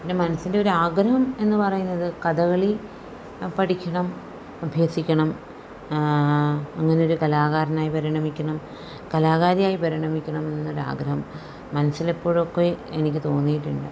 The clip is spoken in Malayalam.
പിന്നെ മനസ്സിൻ്റെ ഒരാഗ്രഹം എന്നു പറയുന്നത് കഥകളി പഠിക്കണം അഭ്യസിക്കണം അങ്ങനെയൊരു കലാകാരനായി പരിണമിക്കണം കലാകാരിയായി പരിണമിക്കണം എന്നൊരാഗ്രഹം മനസ്സിലെപ്പോഴൊക്കെ എനിക്ക് തോന്നിയിട്ടുണ്ട്